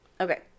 Okay